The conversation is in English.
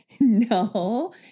no